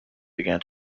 began